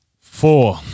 Four